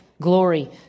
glory